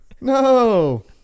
No